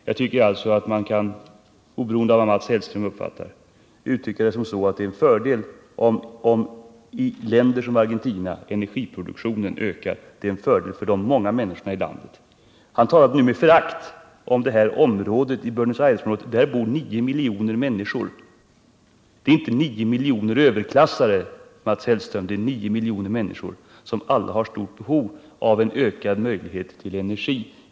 Jag tycker alltså att man, oberoende av hur Mats Hellström uppfattar det, kan uttrycka det så, att om industriproduktionen ökar i sådana länder som Argentina, är det till fördel även för de många människorna i landet. Han talade med förakt om Buenos Aires-området, där det bor ca nio miljoner människor. Men det är inte nio miljoner överklassare, Mats Hellström, utan det är nio miljoner till största delen vanliga människor, som alla har stort behov av en ökad tillgång på energi.